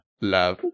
love